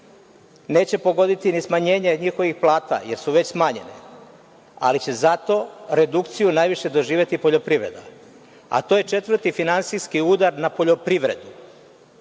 neće pogoditi ni smanjenje njihovih plata, jer su već smanjene, ali će zato redukciju najviše doživeti poljoprivreda, a to je četvrti finansijski udar na poljoprivredu. Prvi